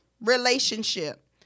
relationship